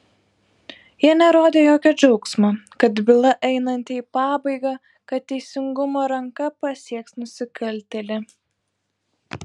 jie nerodė jokio džiaugsmo kad byla einanti į pabaigą kad teisingumo ranka pasieks nusikaltėlį